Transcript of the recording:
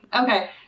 Okay